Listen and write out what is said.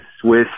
Swiss